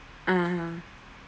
a'ah